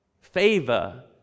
favor